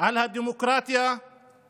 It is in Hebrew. על הדמוקרטיה הוא שיח גזעני.